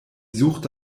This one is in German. suchte